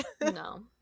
no